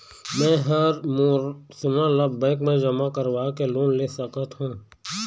मैं हर मोर सोना ला बैंक म जमा करवाके लोन ले सकत हो?